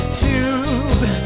tube